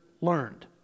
learned